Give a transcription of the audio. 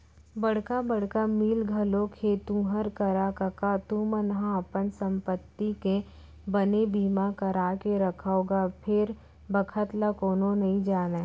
बड़का बड़का मील घलोक हे तुँहर करा कका तुमन ह अपन संपत्ति के बने बीमा करा के रखव गा बेर बखत ल कोनो नइ जानय